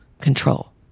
control